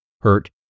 hurt